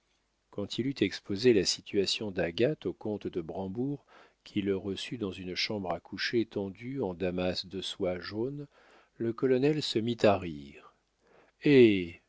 quand il eut exposé la situation d'agathe au comte de brambourg qui le reçut dans une chambre à coucher tendue en damas de soie jaune le colonel se mit à rire eh